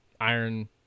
iron